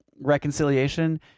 reconciliation